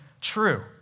true